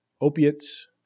opiates